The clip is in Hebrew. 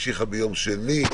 המשיכה ביום שני,